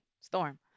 Storm